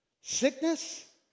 sickness